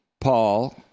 Paul